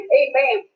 amen